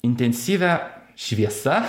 intensyvią šviesa